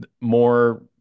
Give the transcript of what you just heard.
more